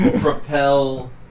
propel